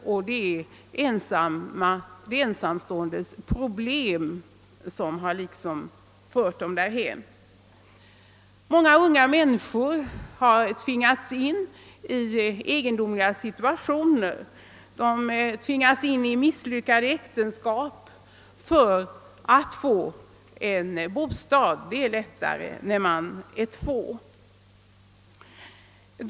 Är det inte de ensamståendes problem som har fört dem därhän? Många unga människor har tvingats in i egendomliga situationer, t.ex. i ett misslyckat äktenskap, för att få en bostad — det är lättare när man är två.